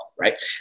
right